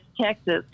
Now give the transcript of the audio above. texas